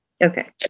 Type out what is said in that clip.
Okay